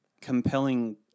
compelling